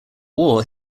war